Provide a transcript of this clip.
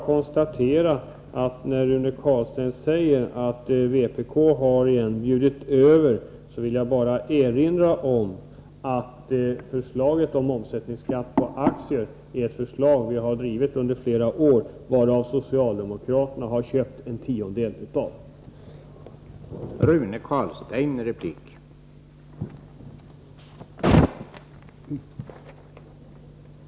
Men när Rune Carlstein hävdar att vpk återigen har bjudit över vill jag erinra om att förslaget rörande omsättningsskatt på aktier är ett förslag som vi drivit under flera år, och socialdemokraterna har köpt en tiondel av detta förslag.